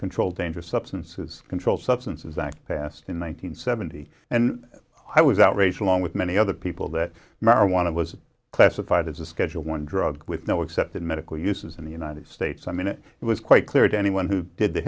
control dangerous substances controlled substances act passed in one thousand nine hundred seventy and i was outraged along with many other people that marijuana was classified as a schedule one drug with no accepted medical uses in the united states i mean it was quite clear to anyone who did the